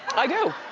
i do.